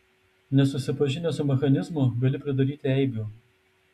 nesusipažinęs su mechanizmu gali pridaryti eibių